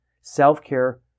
self-care